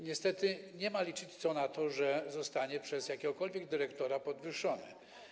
Niestety nie ma co liczyć na to, że zostanie przez jakiegokolwiek dyrektora podwyższony.